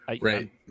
right